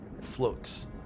floats